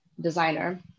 designer